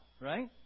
right